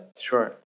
sure